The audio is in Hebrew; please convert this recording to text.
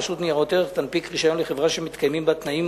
רשות ניירות ערך תנפיק רשיון לחברה שמתקיימים בה תנאים,